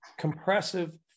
compressive